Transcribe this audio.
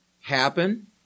happen